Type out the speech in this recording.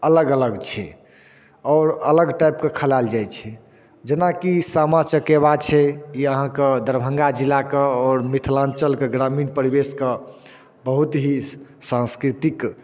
अलग अलग छै आओर अलग टाइपके खेलायल जाइ छै जेनाकि सामा चकेबा छै ई अहाँके दरभङ्गा जिलाके आओर मिथलाञ्चलके ग्रामीण परिवेशके बहुत ही सांस्कृतिक